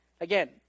Again